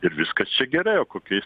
ir viskas čia gerai o kokiais